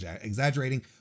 exaggerating